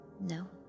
no